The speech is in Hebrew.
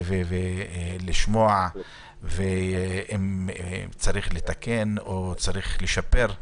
ולשמוע אם צריך לתקן או צריך לשפר,